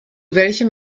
welchem